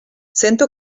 sento